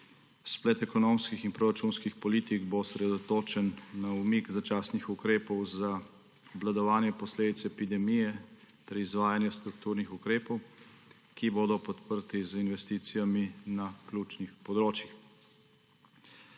Splet ekonomskih in proračunskih politiko bo osredotočen na umik začasnih ukrepov za obvladovanje posledic epidemije ter izvajanje strukturnih ukrepov, ki bodo podprti z investicijami na ključnih področjih.